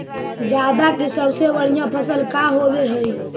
जादा के सबसे बढ़िया फसल का होवे हई?